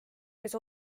kes